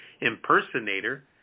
impersonator